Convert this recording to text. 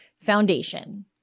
Foundation